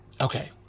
Okay